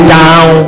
down